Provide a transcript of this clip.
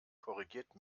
korrigiert